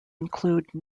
include